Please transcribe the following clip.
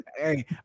hey